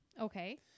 okay